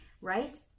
right